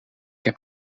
heb